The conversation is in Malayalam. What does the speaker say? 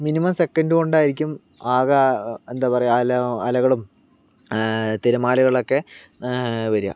മിനിമം സെക്കൻഡ് കൊണ്ടായിരിക്കും ആകെ എന്താ പറയുക അല്ല അലകളും തിരമാലകളൊക്കെ വരുക